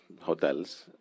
hotels